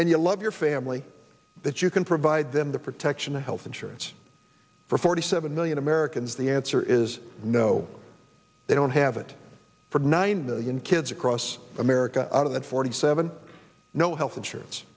and you love your family that you can provide them the protection the health insurance for forty seven million americans the answer is no they don't have it for nine million kids across america out of that forty seven no health insurance